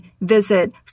visit